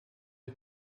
ich